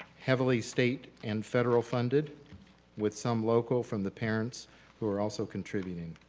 heavily state and federal funded with some local from the parents who are also contributing.